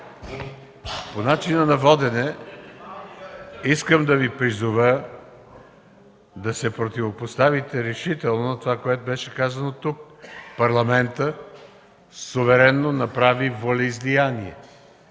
по начина на водене искам да Ви призова да се противопоставите решително на това, което беше казано тук. Парламентът суверенно направи волеизлияние